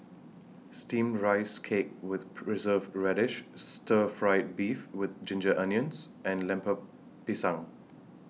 Steamed Rice Cake with Preserved Radish Stir Fried Beef with Ginger Onions and Lemper Pisang